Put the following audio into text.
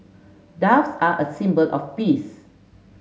doves are a symbol of peace